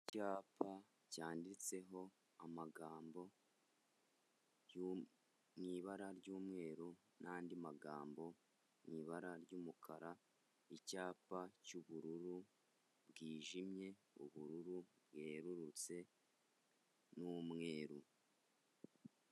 Icyapa cyanditseho amagambo mu ibara ry'umweru n'andi magambo mu ibara ry'umukara, icyapa cy'ubururu bwijimye ubururu bwerurutse n'umweru.